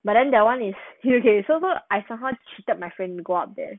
but then that [one] is okay okay so so I somehow cheated my friend to go up there